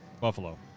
Buffalo